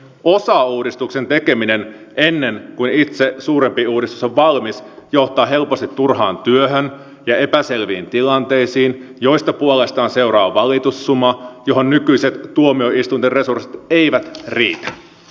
osauudistuksen tekeminen ennen kuin itse suurempi uudistus on valmis johtaa helposti turhaan työhön ja epäselviin tilanteisiin joista puolestaan seuraa valitussuma johon nykyiset tuomioistuinten resurssit eivät riitä